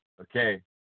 okay